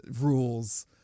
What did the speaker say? rules